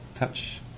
touch